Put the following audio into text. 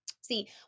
See